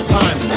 time